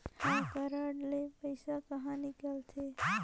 हव कारड ले पइसा कहा निकलथे?